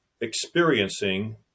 experiencing